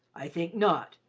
i think not,